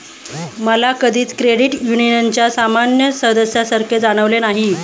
मला कधीच क्रेडिट युनियनच्या सामान्य सदस्यासारखे जाणवले नाही